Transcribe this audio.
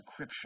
encryption